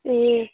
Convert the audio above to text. ए